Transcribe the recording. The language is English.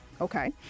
okay